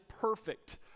perfect